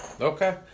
Okay